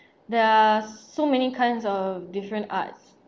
there are so many kinds of different arts